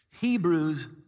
Hebrews